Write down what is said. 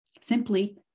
Simply